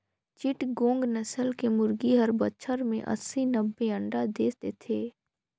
चिटगोंग नसल के मुरगी हर बच्छर में अस्सी, नब्बे अंडा दे देथे